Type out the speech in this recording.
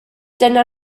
dyna